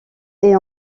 est